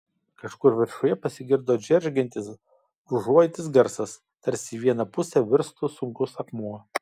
kažkur viršuje pasigirdo džeržgiantis brūžuojantis garsas tarsi į vieną pusę virstų sunkus akmuo